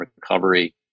recovery